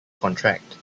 contract